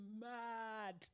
mad